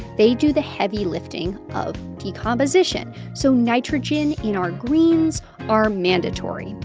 they do the heavy lifting of decomposition. so nitrogen in our greens are mandatory.